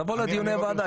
תבוא לדיוני הוועדה,